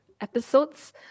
episodes